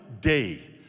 day